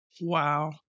Wow